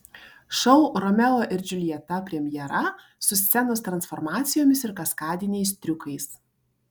šou romeo ir džiuljeta premjera su scenos transformacijomis ir kaskadiniais triukais